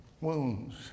Wounds